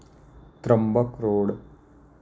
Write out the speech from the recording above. Trimbak road